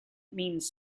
means